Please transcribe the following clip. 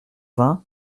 vingt